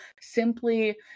simply